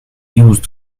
used